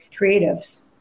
creatives